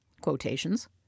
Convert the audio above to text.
Quotations